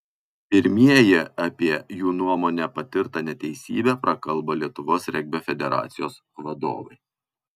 pirmieji apie jų nuomone patirtą neteisybę prakalbo lietuvos regbio federacijos vadovai